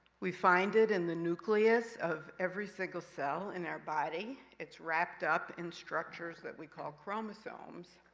we find it in the nucleus of every single cell in our body. it's wrapped up in structures that we call chromosomes,